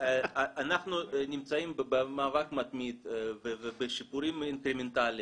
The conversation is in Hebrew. אנחנו נמצאים במאבק מתמיד ובשיפורים אינקרמנטליים,